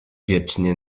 wiecznie